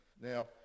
Now